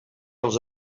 els